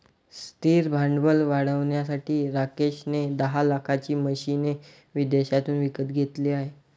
स्थिर भांडवल वाढवण्यासाठी राकेश ने दहा लाखाची मशीने विदेशातून विकत घेतले आहे